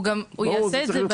אז הוא יעשה את זה.